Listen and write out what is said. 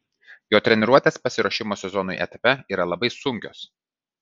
jo treniruotės pasiruošimo sezonui etape yra labai sunkios